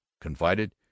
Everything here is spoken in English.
confided